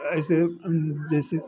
ऐसे जैसे